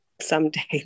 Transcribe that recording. someday